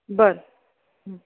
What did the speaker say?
बरं